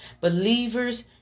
Believers